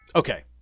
Okay